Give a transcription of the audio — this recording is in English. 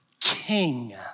king